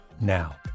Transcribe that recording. now